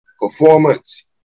performance